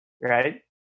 right